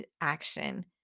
action